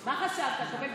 מה חשבת, שתקבל תשובה?